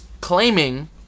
claiming